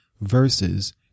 verses